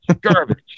Garbage